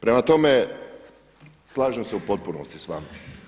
Prema tome, slažem se u potpunosti s vama.